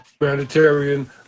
Humanitarian